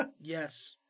Yes